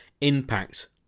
impact